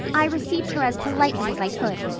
i received her as politely as i could,